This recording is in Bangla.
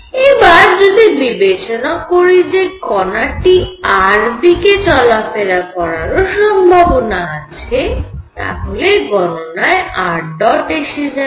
এবার যদি বিবেচনা করি যে কণাটি r দিকে চলা ফেরা করার সম্ভাবনাও আছে তাহলে গণনায় ṙ এসে যাবে